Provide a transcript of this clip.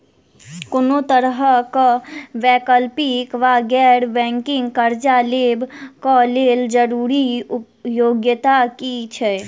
कोनो तरह कऽ वैकल्पिक वा गैर बैंकिंग कर्जा लेबऽ कऽ लेल जरूरी योग्यता की छई?